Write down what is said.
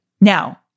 Now